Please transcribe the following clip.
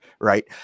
right